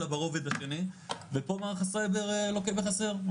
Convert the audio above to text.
אלא ברובד השני ופה מערך הסייבר לוקה בחסר.